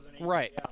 Right